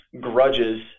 grudges